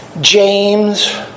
James